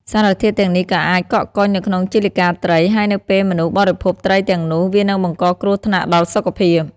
សារធាតុទាំងនេះក៏អាចកកកុញនៅក្នុងជាលិកាត្រី ហើយនៅពេលមនុស្សបរិភោគត្រីទាំងនោះ វានឹងបង្កគ្រោះថ្នាក់ដល់សុខភាព។